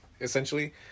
essentially